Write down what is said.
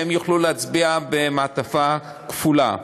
והם יוכלו להצביע במעטפה כפולה.